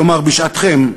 כלומר בשעתכם,